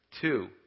Two